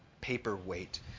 paperweight